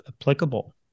applicable